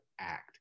act